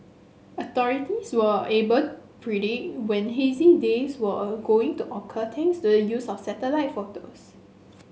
authorities were able predict when hazy days were going to occur thanks the use of satellite photos